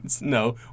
No